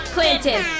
Clinton